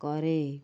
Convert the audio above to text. କରେ